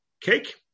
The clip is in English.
cake